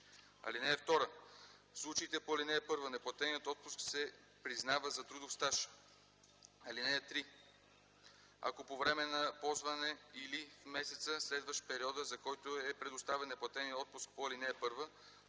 (2) В случаите по ал. 1 неплатеният отпуск се признава за трудов стаж. (3) Ако по време на ползване или в месеца, следващ периода, за който е предоставен неплатеният отпуск по ал. 1,